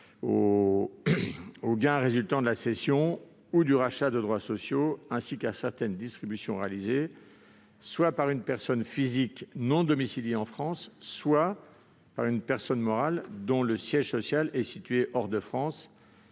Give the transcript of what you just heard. aux gains résultant de la cession ou du rachat de droits sociaux ainsi qu'à certaines distributions réalisés soit par une personne physique non domiciliée en France, soit par une personne morale dont le siège social est situé hors de France.